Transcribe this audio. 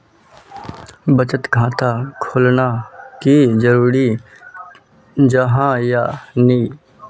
बचत खाता खोलना की जरूरी जाहा या नी?